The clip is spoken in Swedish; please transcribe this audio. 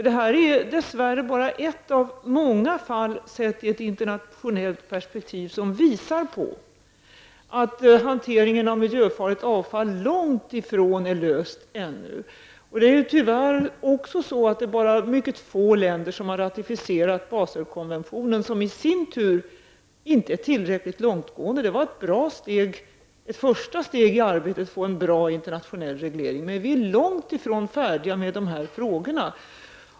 Detta är dess värre bara ett av många fall sett ur ett internationellt perspektiv, och det visar att problemet med hanteringen av miljöfarligt avfall långt ifrån är löst. Tyvärr är det mycket få länder som har ratificerat Baselkonventionen, som i och för sig inte är tillräckligt långtgående. Det var ett gott första steg i arbetet på en bra internationell reglering, men vi är långt ifrån färdiga med dessa frågor.